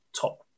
top